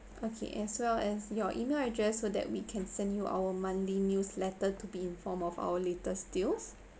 okay as well as your email address so that we can send you our monthly newsletter to be informed of our latest deals